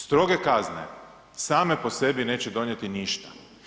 Stroge kazne same po sebi neće donijeti ništa.